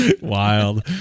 Wild